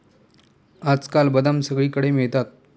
आजकाल बदाम सगळीकडे मिळतात